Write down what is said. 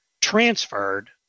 transferred